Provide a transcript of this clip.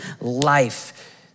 life